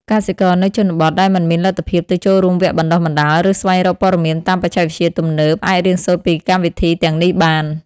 កសិករនៅជនបទដែលមិនមានលទ្ធភាពទៅចូលរួមវគ្គបណ្ដុះបណ្ដាល ឬស្វែងរកព័ត៌មានតាមបច្ចេកវិទ្យាទំនើប អាចរៀនសូត្រពីកម្មវិធីទាំងនេះបាន។